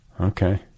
Okay